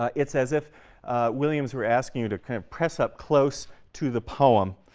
it's as if williams were asking you to kind of press up close to the poem,